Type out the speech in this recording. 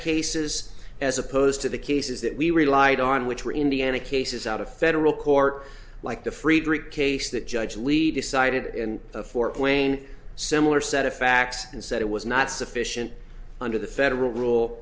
cases as opposed to the cases that we relied on which were indiana cases out of federal court like the freidrich case that judge league decided in a fort wayne similar set of facts and said it was not sufficient under the federal rule